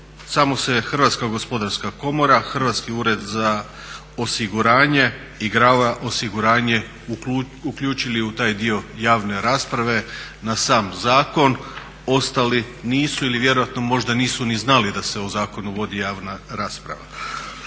samo se Hrvatska gospodarska komora, Hrvatski ured za osiguranje i Grawe osiguranje uključili u taj dio javne rasprave na sam zakon. Ostali nisu ili vjerojatno možda nisu ni znali da se o zakonu vodi javna rasprava.